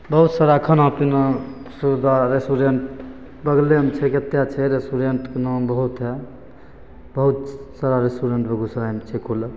बहुत सारा खाना पिना सुविधा रेस्टोरेन्ट बगलेमे छै कतेक छै रेस्टोरेन्टके नाम बहुत हइ बहुत तरह रेस्टोरेन्ट बेगूसरायमे छै खुलल